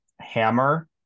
Hammer